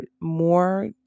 more